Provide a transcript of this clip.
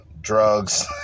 Drugs